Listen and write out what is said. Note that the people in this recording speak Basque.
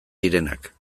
direnak